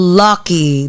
lucky